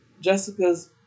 Jessica's